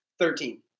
Thirteen